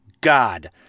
God